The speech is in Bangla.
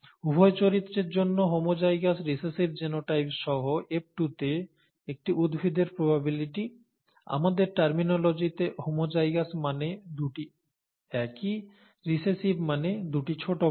উভয় চরিত্রের জন্য হোমোজাইগাস রিসেসিভ জিনোটাইপ সহ F2 তে একটি উদ্ভিদের প্রবাবিলিটি আমাদের টার্মিনোলজিতে 'হোমোজাইগাস' মানে দুটি একই 'রিসেসিভ' মানে দুটি ছোট বর্ণ